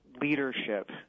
leadership